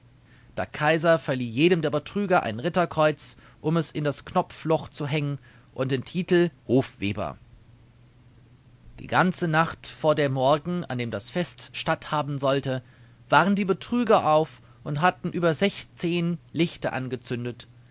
der kaiser verlieh jedem der betrüger ein ritterkreuz um es in das knopfloch zu hängen und den titel hofweber die ganze nacht vor dem morgen an dem das fest statthaben sollte waren die betrüger auf und hatten über sechszehn lichte angezündet